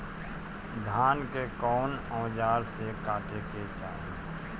धान के कउन औजार से काटे के चाही?